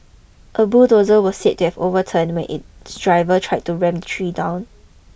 a bulldozer were said to have overturned when its driver tried to ram tree down